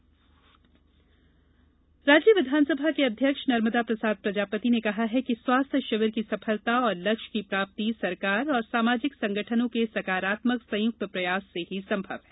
मंडला शिविर राज्य विधानसभा के अध्यक्ष नर्मदा प्रसाद प्रजापति ने कहा है कि स्वास्थ्य शिविर की सफलता और अमीष्ट लक्ष्य की प्राप्ति सरकार और सामाजिक संगठनों के सकारात्मक संयुक्त प्रयास से ही संभव है